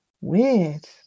weird